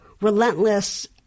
relentless